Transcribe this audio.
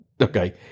Okay